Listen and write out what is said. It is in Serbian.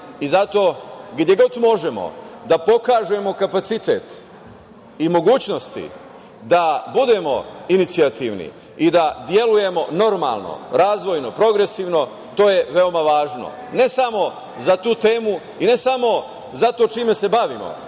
i zato gde god možemo da pokažemo kapacitet i mogućnosti da budemo inicijativni i da delujemo normalno, razvojno, progresivno, to je veoma važno, ne samo za tu temu i ne samo za to čime se bavimo,